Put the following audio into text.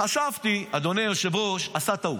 חשבתי, אדוני היושב-ראש, הוא עשה טעות.